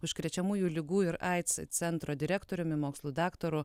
užkrečiamųjų ligų ir aids centro direktoriumi mokslų daktaru